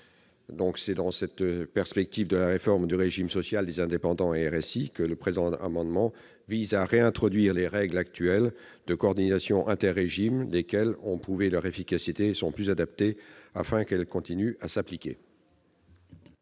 C'est dans cette perspective de la réforme du régime social des indépendants, le RSI, que le présent amendement vise à réintroduire les règles actuelles de coordination inter-régimes, lesquelles ont prouvé leur efficacité et sont plus adaptées, afin qu'elles continuent à s'appliquer.